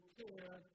care